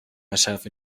myself